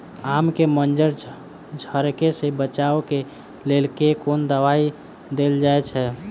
आम केँ मंजर झरके सऽ बचाब केँ लेल केँ कुन दवाई देल जाएँ छैय?